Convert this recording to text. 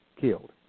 killed